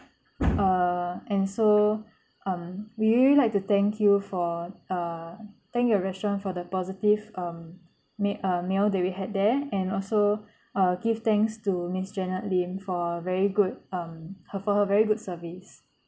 uh and so um we really like to thank you for uh thank your restaurant for the positive um mea~ uh meal that we had there and also uh give thanks to miss janet lim for very good um for her very good service